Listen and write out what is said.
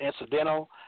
incidental